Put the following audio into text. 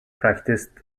practiced